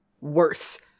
worse